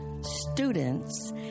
students